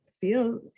feel